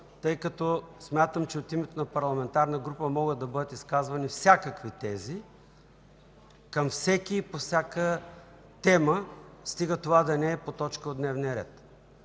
тъй като считам, че от името на парламентарна група могат да бъдат изказвани всякакви тези към всеки и по всяка тема, стига това да не е по точка от дневния ред,